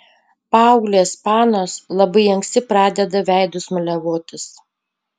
paauglės panos labai anksti pradeda veidus maliavotis